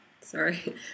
Sorry